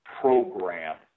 program